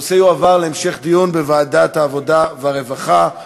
הנושא יועבר להמשך דיון בוועדת העבודה והרווחה,